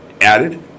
added